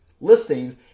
listings